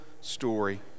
story